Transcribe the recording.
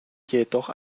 jedoch